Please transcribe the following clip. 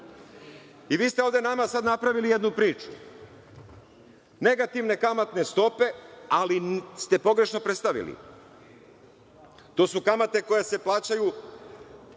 ste ovde sada nama napravili jednu priču, negativne kamatne stope, ali ste pogrešno predstavili. To su kamate koje se plaćaju